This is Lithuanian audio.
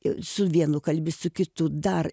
i su vienu kalbi su kitu dar